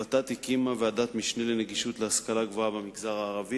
ות"ת הקימה ועדת משנה לנגישות להשכלה גבוהה במגזר הערבי,